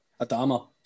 Adama